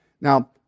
Now